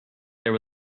there